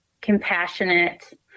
compassionate